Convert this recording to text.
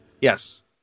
yes